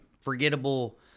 forgettable